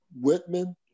Whitman